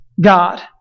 God